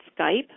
Skype